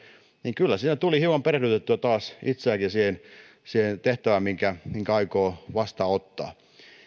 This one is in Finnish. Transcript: niin kyllä siinä tuli hieman perehdytettyä taas itseäänkin siihen tehtävään minkä minkä aikoo vastaanottaa